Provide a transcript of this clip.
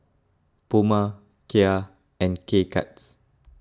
Puma Kia and K Cuts